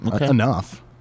enough